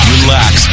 Relax